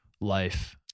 life